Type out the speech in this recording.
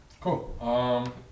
Cool